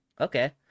Okay